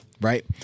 right